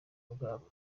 bwabo